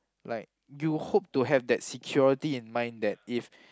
like you hope to have that security in mind that if